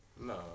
No